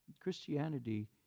Christianity